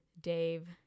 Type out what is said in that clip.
Dave